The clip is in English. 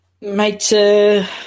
Mate